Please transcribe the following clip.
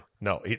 No